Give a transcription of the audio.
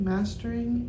Mastering